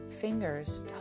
fingers